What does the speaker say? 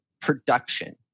production